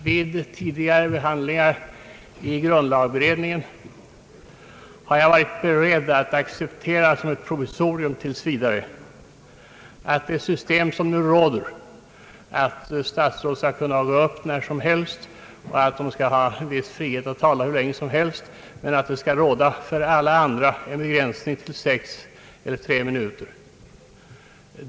Vid tidigare behandlingar i grundlagberedningen har jag varit beredd att som ett provisorium tills vidare acceptera nu rådande system, innebärande att statsråden kan gå upp när som helst och att de skall ha frihet att tala hur länge som helst men att för ledamöterna skall tillämpas en tidsbegränsning på sex och tre minuter.